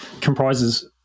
comprises